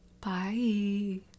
Bye